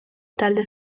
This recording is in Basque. talde